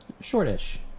shortish